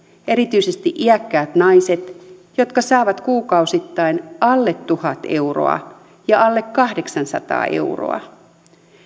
erityisesti iäkkäät naiset jotka saavat kuukausittain alle tuhat euroa ja alle kahdeksansataa euroa